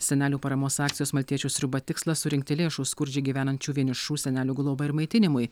senelių paramos akcijos maltiečių sriuba tikslas surinkti lėšų skurdžiai gyvenančių vienišų senelių globai ir maitinimui